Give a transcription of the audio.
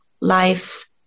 life